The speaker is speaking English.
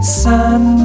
sun